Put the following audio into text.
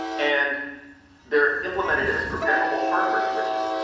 and they are implemented as programmable hardware switches,